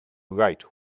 write